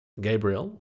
Gabriel